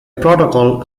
protocol